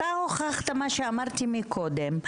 אתה הוכחת מה שאמרתי קודם.